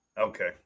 okay